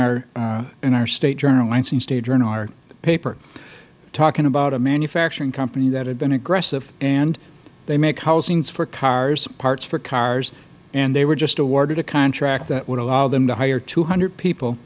article in our state journal lansing state journal our paper talking about a manufacturing company that had been aggressive and they make housings for cars parts for cars and they were just awarded a contract that would allow them to hire two hundred people